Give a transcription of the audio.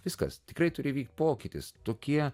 viskas tikrai turi vykti pokytis tokie